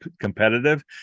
competitive